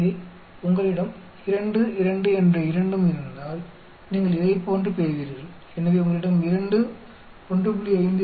எனவே உங்களிடம் 2 2 என்ற இரண்டும் இருந்தால் நீங்கள் இதைப்போன்று பெறுவீர்கள் எனவே உங்களிடம் 2 1